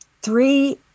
three